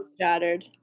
shattered